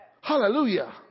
Hallelujah